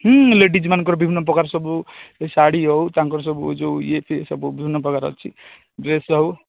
ହୁଁ ଲେଡ଼ିସ୍ ମାନଙ୍କର ବିଭିନ୍ନ ପ୍ରକାର ସବୁ ଶାଢ଼ୀ ହେଉ ତାଙ୍କର ସବୁ ଯେଉଁ ଇଏ ସିଏ ବିଭିନ୍ନ ପ୍ରକାର ଅଛି ଡ୍ରେସ୍ ହେଉ